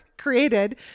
Created